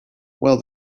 well